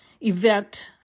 event